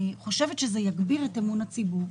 ואני חושבת שזה יגביר את אמון הציבור.